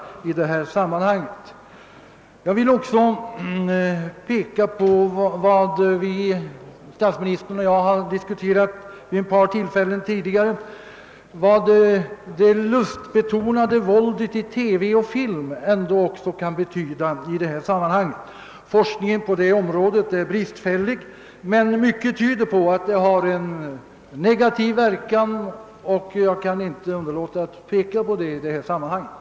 Jag vill också fästa uppmärksamheten på något som statsministern och jag diskuterat vid ett par tillfällen tidigare, nämligen vad det lustbetonade våldet i TV och på film kan betyda i detta sammanhang. Forskningen på detta område är bristfällig, men mycket tyder på att det har en negativ inverkan, och jag kan inte underlåta att framhålla detta, när brottsligheten är föremål för debatt.